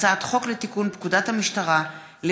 הצעת חוק התכנון והבנייה (תיקון,